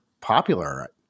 popular